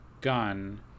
gun